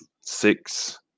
six